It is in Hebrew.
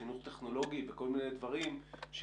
את החינוך הטכנולוגי וכל מיני דברים שהם